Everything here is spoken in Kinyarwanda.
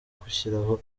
gushyiraho